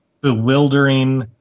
bewildering